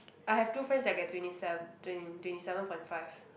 I have two friends that get twenty sev~ twenty twenty seven point five